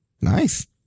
Nice